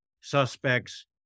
suspect's